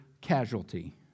casualty